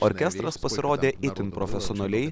orkestras pasirodė itin profesionaliai